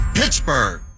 Pittsburgh